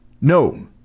No